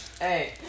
hey